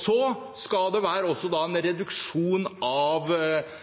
Så skal det også være en reduksjon av